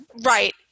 right